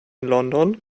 london